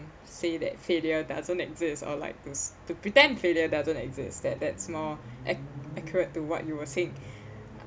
say that failure doesn't exist or like to to pretend failure doesn't exist that that's more acc~ accurate to what you were saying